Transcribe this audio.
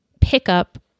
pickup